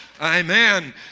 Amen